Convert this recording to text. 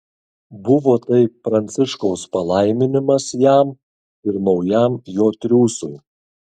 buvo tai pranciškaus palaiminimas jam ir naujam jo triūsui